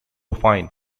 fine